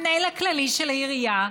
המנהל הכללי של העירייה,